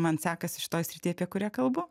man sekasi šitoj srityje apie kurią kalbu